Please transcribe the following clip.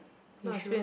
you sure